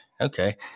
okay